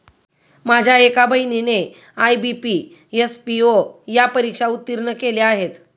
माझ्या एका बहिणीने आय.बी.पी, एस.पी.ओ या परीक्षा उत्तीर्ण केल्या आहेत